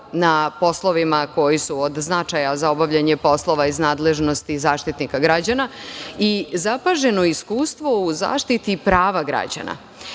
na poslovima koji su od značaja za obavljanje poslova iz nadležnosti Zaštitnika građana i zapaženo iskustvo u zaštiti prava građana. Iz